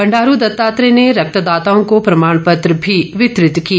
बंडारू दत्तात्रेय ने रक्तदाताओं को प्रमाणपत्र भी वितरित किए